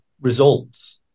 results